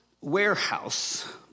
warehouse